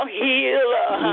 healer